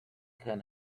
can